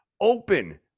open